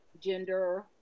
gender